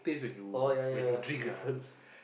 oh ya ya difference